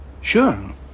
Sure